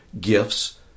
gifts